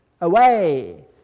away